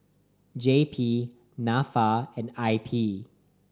J P Nafa and I P